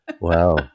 Wow